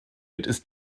ist